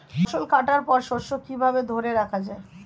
ফসল কাটার পর শস্য কিভাবে ধরে রাখা য়ায়?